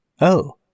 Oh